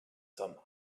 some